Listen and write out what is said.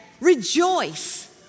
rejoice